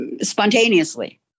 spontaneously